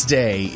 day